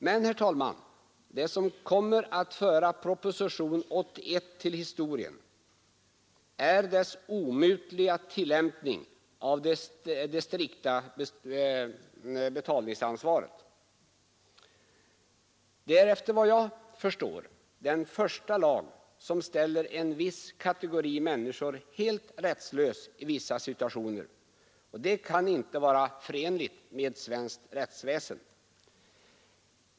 Men, herr talman, det som kommer att föra propositionen 81 till historien är dess omutliga tillämpning av det strikta betalningsansvaret. Det är, efter vad jag förstår, den första lag som ställer en viss kategori människor helt rättslös i vissa situationer. Och det kan inte vara förenligt med svenskt rättsväsen.